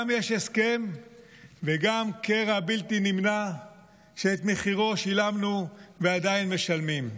גם יש הסכם וגם קרע בלתי נמנע שאת מחירו שילמנו ואנחנו עדיין משלמים.